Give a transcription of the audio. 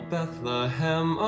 Bethlehem